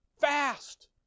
fast